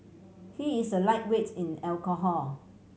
he is a lightweight in alcohol